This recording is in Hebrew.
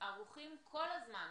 ערוכים כל הזמן